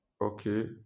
Okay